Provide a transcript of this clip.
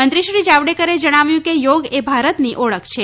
મંત્રીશ્રી જાવડેકરે જણાવ્યું કે યોગ એ ભારતની ઓળખ છે